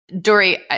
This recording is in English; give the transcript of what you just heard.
Dory